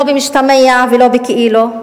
לא במשתמע ולא בכאילו,